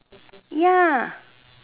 ya